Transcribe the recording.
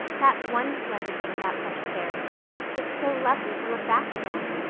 that's one splendid thing about such affairs it's so lovely to look back to them.